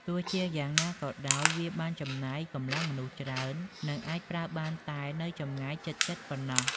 ទោះជាយ៉ាងណាក៏ដោយ វាបានចំណាយកម្លាំងមនុស្សច្រើន និងអាចប្រើបានតែនៅចម្ងាយជិតៗប៉ុណ្ណោះ។